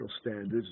standards